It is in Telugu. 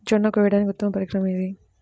జొన్న కోయడానికి ఉత్తమ పరికరం ఏది?